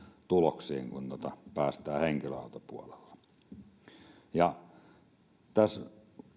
tuloksiin kuin päästään henkilöautopuolella tässä